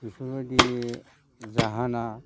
बेफोरबायदि जाहोना